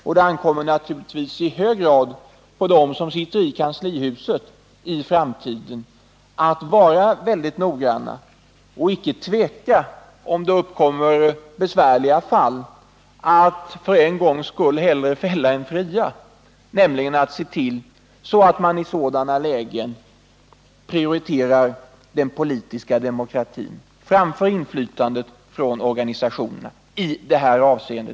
i Det ankommer naturligtvis i hög grad på dem som i framtiden sitter i kanslihuset att vara mycket noggranna och, om det uppkommer besvärliga fall, inte tveka att för en gångs skull hellre fälla än fria, nämligen se till att man i sådana lägen prioriterar den politiska demokratin framför inflytandet från organisationerna. Det gäller naturligtvis bara i detta speciella avseende.